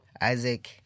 Isaac